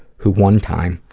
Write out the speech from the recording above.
who one time,